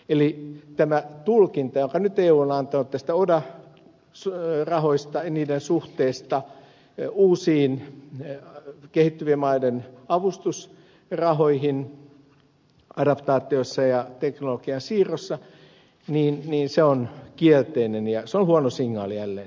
eli tämä tulkinta jonka nyt eu on antanut oda rahoista ja niiden suhteesta uusiin kehittyvien maiden avustusrahoihin adaptaatioon ja teknologian siirtoon on kielteinen ja se on huono signaali jälleen kööpenhaminaan